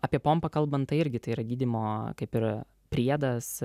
apie pompą kalbant tai irgi tai yra gydymo kaip ir priedas